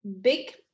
big